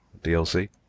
DLC